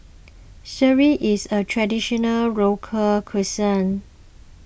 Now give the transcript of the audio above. Sireh is a Traditional Local Cuisine